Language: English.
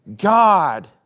God